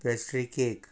pastry cake